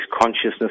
consciousness